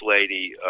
lady